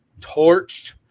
torched –